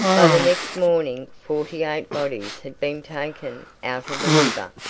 by the next morning forty-eight bodies had been taken out of the river,